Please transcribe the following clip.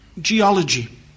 geology